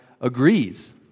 agrees